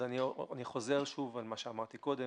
אז אני חוזר שוב על מה שאמרתי קודם.